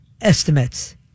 estimates